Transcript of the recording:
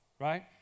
Right